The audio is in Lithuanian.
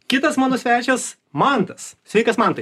kitas mano svečias mantas sveikas mantai